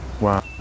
Wow